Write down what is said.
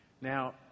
Now